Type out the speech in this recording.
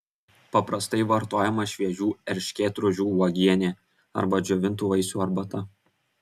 paprastai vartojama šviežių erškėtrožių uogienė arba džiovintų vaisių arbata